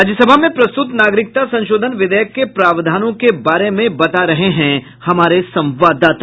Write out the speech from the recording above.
राज्य सभा में प्रस्तुत नागरिकता संशोधन विधेयक के प्रावधानों के बारे में बता रहे हैं हमारे संवाददाता